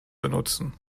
benutzen